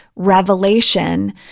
Revelation